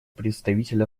представитель